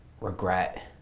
regret